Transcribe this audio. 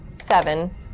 Seven